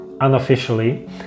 unofficially